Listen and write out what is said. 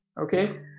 okay